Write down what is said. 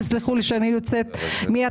תסלחו לי שאני יוצאת מייד,